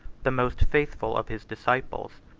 the most faithful of his disciples.